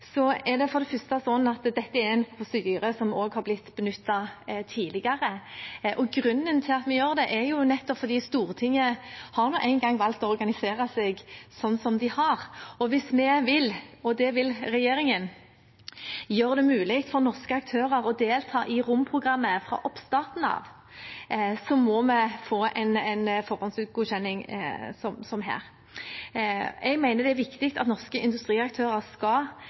er det for det første sånn at dette er en prosedyre som også er blitt benyttet tidligere. Grunnen til at vi gjør det, er nettopp at Stortinget nå engang har valgt å organisere seg som det har. Hvis vi vil, og det vil regjeringen, gjøre det mulig for norske aktører å delta i romprogrammet fra oppstarten av, må vi få en forhåndsgodkjenning som her. Jeg mener det er viktig at norske industriaktører skal